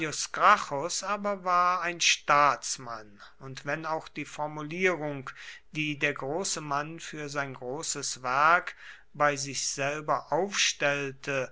aber war ein staatsmann und wenn auch die formulierung die der große mann für sein großes werk bei sich selber aufstellte